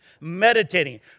Meditating